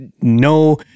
no